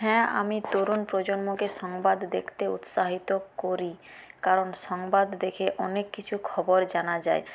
হ্যাঁ আমি তরুণ প্রজন্মকে সংবাদ দেখতে উৎসাহিত করি কারণ সংবাদ দেখে অনেক কিছু খবর জানা যায়